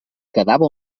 quedava